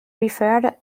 referred